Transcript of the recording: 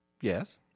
Yes